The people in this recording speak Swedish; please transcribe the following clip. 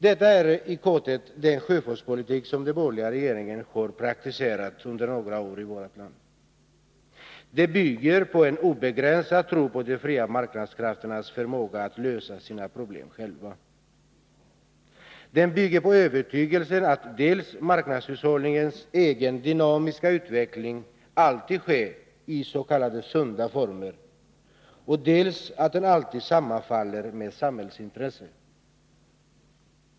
Detta är i korthet den sjöfartspolitik som den borgerliga regeringen under några år har praktiserat i vårt land. Den bygger på en obegränsad tro på de fria marknadskrafternas förmåga att lösa sina problem själva. Den bygger vidare på övertygelsen att dels marknadshushållningens egen dynamiska utveckling alltid sker i s.k. sunda former, dels att den alltid sammanfaller med samhällets intressen.